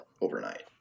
overnight